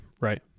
Right